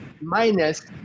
minus